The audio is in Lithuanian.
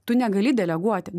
tu negali deleguoti